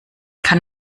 kann